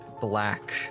black